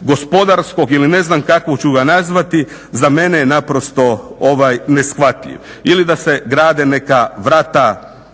gospodarskog ili ne znam kako ću ga nazvati, za mene je naprosto neshvatljiv. Ili da se grade neka vrata na